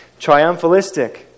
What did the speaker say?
triumphalistic